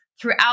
throughout